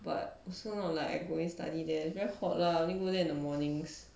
but also not like going study there it's very hot lah only got there in the mornings